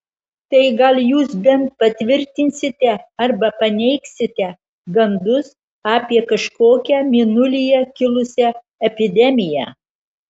tai gal jūs bent patvirtinsite arba paneigsite gandus apie kažkokią mėnulyje kilusią epidemiją